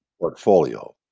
portfolio